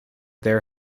there